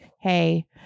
hey